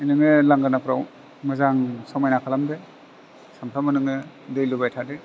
नोङो लांगोनाफ्राव मोजां समायना खालामदो सामफ्रामबो नोङो दै लुबाय थादो